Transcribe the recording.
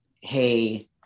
hey